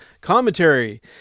commentary